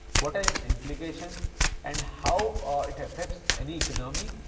what are its implications and how ah it affects any economy?